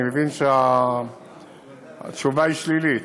אני מבין שהתשובה היא שלילית.